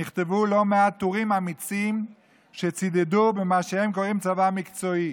נכתבו לא מעט טורים אמיצים שצידדו במה שהם קוראים לו "צבא מקצועי".